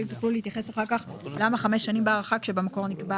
ואם תוכלו להתייחס אחר כך למה חמש שנים בהארכה כשבמקור נקבע